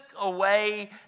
away